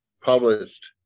published